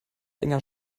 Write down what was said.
enger